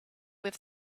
with